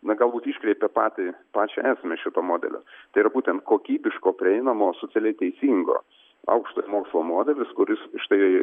na galbūt iškreipia patį pačią esmę šito modelio tai yra būtent kokybiško prieinamo socialiai teisingo aukštojo mokslo modelis kuris štai